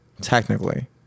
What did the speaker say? technically